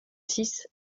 six